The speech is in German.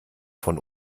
von